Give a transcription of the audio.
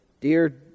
dear